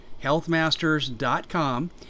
healthmasters.com